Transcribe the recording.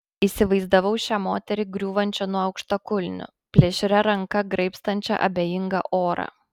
įsivaizdavau šią moterį griūvančią nuo aukštakulnių plėšria ranka graibstančią abejingą orą